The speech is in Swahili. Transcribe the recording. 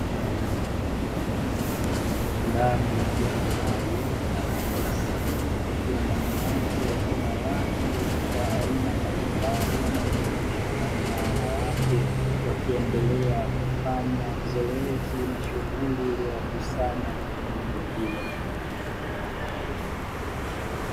Ndani ya jengo maalumu la ofisi, kukiwa na watu wa aina mbalimbali wanaojumuisha wanaume na wanawake, wakiendelea kufanya zoezi na shughuli iliyowakusanya katika jengo hilo.